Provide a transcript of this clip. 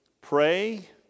pray